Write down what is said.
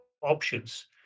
options